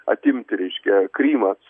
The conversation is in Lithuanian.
atimti reiškia krymas